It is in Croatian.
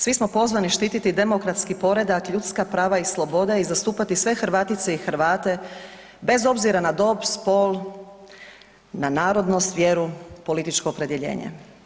Svi smo pozvani štiti demografski poredak, ljudska prava i slobode i zastupati sve hrvatice i hrvate bez obzira na dob, spol, na narodnost, vjeru, političko opredjeljenje.